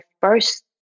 first